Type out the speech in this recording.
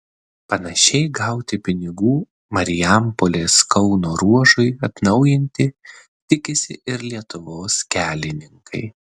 panašiai gauti pinigų marijampolės kauno ruožui atnaujinti tikisi ir lietuvos kelininkai